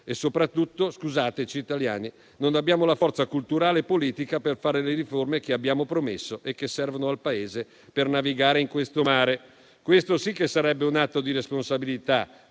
E soprattutto, scusateci italiani, non abbiamo la forza culturale e politica per fare le riforme che abbiamo promesso e che servono al Paese per navigare in questo mare. Questo sì che sarebbe un atto di responsabilità